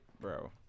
bro